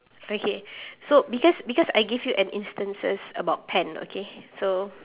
okay so because because I gave you an instances about pen okay so